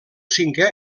cinquè